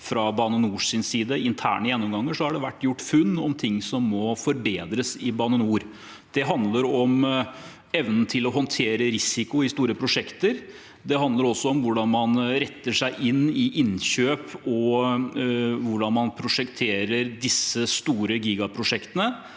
fra Bane NORs side interne gjennomganger – har det vært gjort funn om ting som må forbedres i Bane NOR. Det handler om evnen til å håndtere risiko i store prosjekter. Det handler også om hvordan man innretter seg i forbindelse med innkjøp, og hvordan man prosjekterer disse store gigaprosjektene.